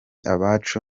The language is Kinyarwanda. abacu